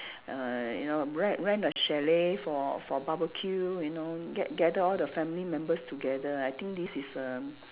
uh you know rent rent a chalet for for barbecue you know gat~ gather all the family members together I think this is a